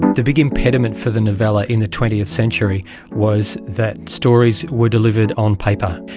the big impediment for the novella in the twentieth century was that stories were delivered on paper.